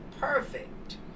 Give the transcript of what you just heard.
perfect